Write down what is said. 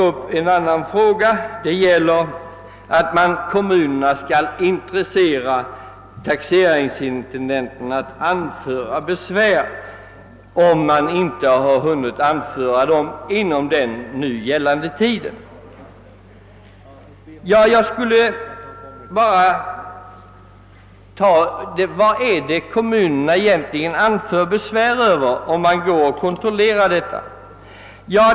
Utskottet tar till sist upp att kommunerna kan intressera taxeringsintendenterna att anföra besvär, om den ordinarie besvärstiden har försuttits. Men vad är det kommunerna anför besvär om?